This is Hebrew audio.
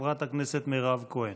חברת הכנסת מירב כהן.